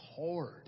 hard